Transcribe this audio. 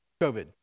COVID